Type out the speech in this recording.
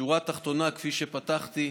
בשורה התחתונה, כפי שפתחתי,